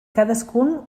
cadascun